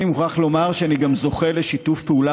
אני מוכרח לומר שאני גם זוכה לשיתוף פעולה